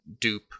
Dupe